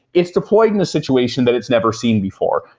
it's deployed in a situation that it's never seen before.